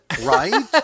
Right